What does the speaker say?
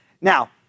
Now